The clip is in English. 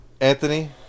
Anthony